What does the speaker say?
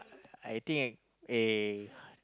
I think I eh